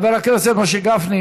חבר הכנסת משה גפני